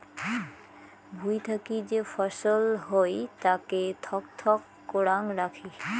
ভুঁই থাকি যে ফছল হই তাকে থক থক করাং রাখি